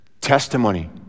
testimony